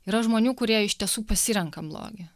yra žmonių kurie iš tiesų pasirenka blogį